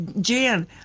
Jan